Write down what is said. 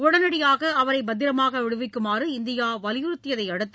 உடனடியாக அவரை பத்திரமாக விடுவிக்குமாறு இந்தியா வலியுறுத்தியதையடுத்து